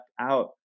out